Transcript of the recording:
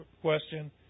question